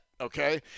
okay